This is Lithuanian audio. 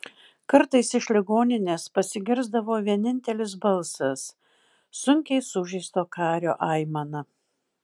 kartais iš ligoninės pasigirsdavo vienintelis balsas sunkiai sužeisto kario aimana